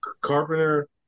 Carpenter